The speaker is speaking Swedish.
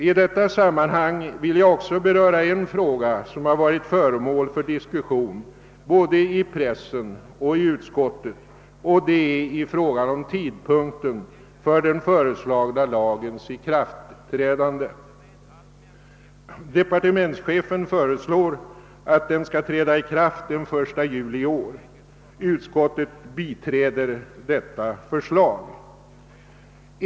I detta sammanhang vill jag också beröra en fråga som varit föremål för diskussion både i pressen och inom utskottet, nämligen tidpunkten för den föreslagna lagens ikraftträdande. Departementschefen föreslår att den skall träda i kraft den 1 juli i år. Utskottet biträder detta förslag.